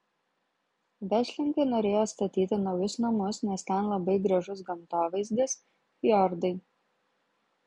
verslininkai norėjo statyti naujus namus nes ten labai gražus gamtovaizdis fjordai